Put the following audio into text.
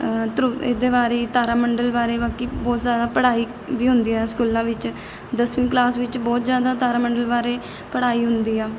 ਧਰੁਵ ਇਹਦੇ ਬਾਰੇ ਤਾਰਾ ਮੰਡਲ ਬਾਰੇ ਬਾਕੀ ਬਹੁਤ ਜ਼ਿਆਦਾ ਪੜ੍ਹਾਈ ਵੀ ਹੁੰਦੀ ਆ ਸਕੂਲਾਂ ਵਿੱਚ ਦਸਵੀਂ ਕਲਾਸ ਵਿੱਚ ਬਹੁਤ ਜ਼ਿਆਦਾ ਤਾਰਾ ਮੰਡਲ ਬਾਰੇ ਪੜ੍ਹਾਈ ਹੁੰਦੀ ਆ